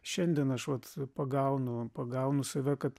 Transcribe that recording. šiandien aš vat pagaunu pagaunu save kad